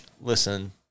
Listen